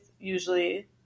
Usually